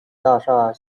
大厦